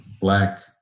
black